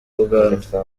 uganda